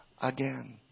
again